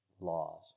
laws